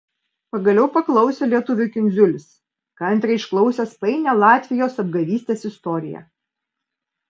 pagaliau paklausė lietuvių kindziulis kantriai išklausęs painią latvijos apgavystės istoriją